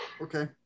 Okay